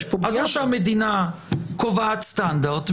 או שהמדינה קובעת סטנדרט,